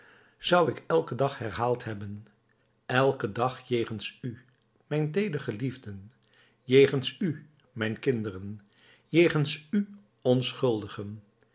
zou ik elken dag herhaald hebben elken dag jegens u mijn teedergeliefden jegens u mijn kinderen jegens u onschuldigen